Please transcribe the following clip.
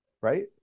right